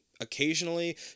Occasionally